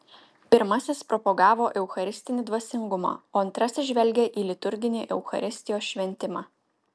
pirmasis propagavo eucharistinį dvasingumą o antrasis žvelgė į liturginį eucharistijos šventimą